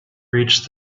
reached